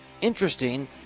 interesting